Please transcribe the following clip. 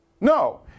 No